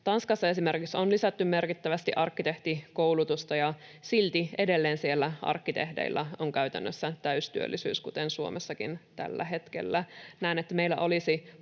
Tanskassa esimerkiksi on lisätty merkittävästi arkkitehtikoulutusta, ja silti edelleen siellä arkkitehdeilla on käytännössä täystyöllisyys, kuten Suomessakin tällä hetkellä. Näen, että meillä olisi